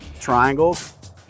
Triangles